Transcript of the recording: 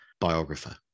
biographer